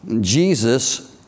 Jesus